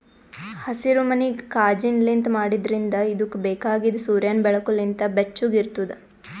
ಹಸಿರುಮನಿ ಕಾಜಿನ್ಲಿಂತ್ ಮಾಡಿದ್ರಿಂದ್ ಇದುಕ್ ಬೇಕಾಗಿದ್ ಸೂರ್ಯನ್ ಬೆಳಕು ಲಿಂತ್ ಬೆಚ್ಚುಗ್ ಇರ್ತುದ್